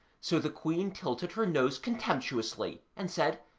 so the queen tilted her nose contemptuously and said,